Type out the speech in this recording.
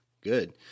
Good